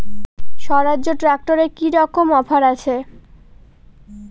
স্বরাজ ট্র্যাক্টরে কি রকম অফার আছে?